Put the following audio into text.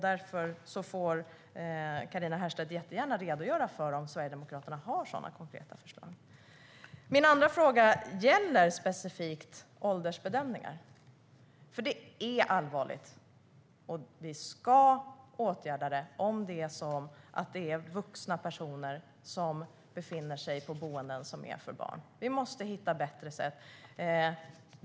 Därför får Carina Herrstedt jättegärna redogöra för om Sverigedemokraterna har sådana konkreta förslag. Min andra fråga gäller specifikt åldersbedömningar. Det är nämligen allvarligt om det är så att vuxna personer befinner sig på boenden som är för barn, och i så fall ska vi åtgärda det. Vi måste hitta bättre sätt.